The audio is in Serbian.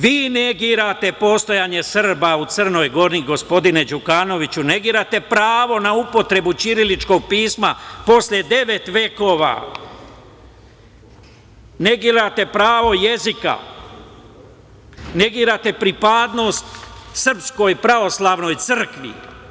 Vi negirate postojanje Srba u Crnoj Gori, gospodine Đukanoviću, negirate pravo na upotrebu ćiriličkog pisma posle devet vekova, negirate pravo jezika, negirate pripadnost SPC.